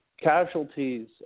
casualties